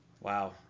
Wow